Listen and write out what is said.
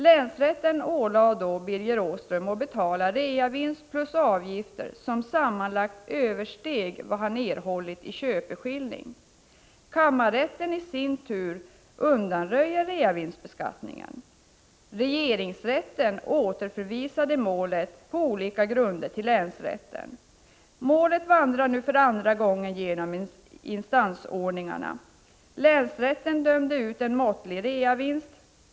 Länsrätten ålade då Birger Åström att betala reavinstskatt plus avgifter som sammanlagt översteg vad han erhållit i köpeskilling. Kammarrätten i sin tur undanröjde reavinstbeskattningen. Regeringsrätten återförvisade på olika grunder målet till länsrätten. Målet vandrar nu för andra gången genom instansordningarna. Länsrätten dömde ut en måttlig reavinstskatt.